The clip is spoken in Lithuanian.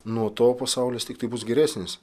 nuo to pasaulis tiktai bus geresnis